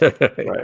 right